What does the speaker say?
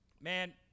Man